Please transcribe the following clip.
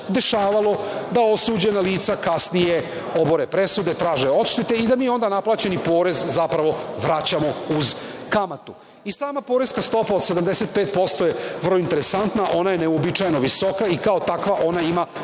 dešavalo, da osuđena lica kasnije obore presude, traže odštete i da mi onda naplaćeni porez, zapravo, vraćamo uz kamatu. Sama poreska stopa od 75% je vrlo interesantna. Ona je neuobičajeno visoka i kao takva ona ima